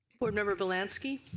board member bielanski.